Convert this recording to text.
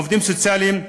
עובדים סוציאליים.